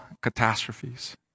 catastrophes